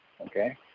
okay